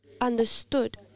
understood